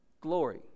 glory